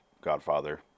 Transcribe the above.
Godfather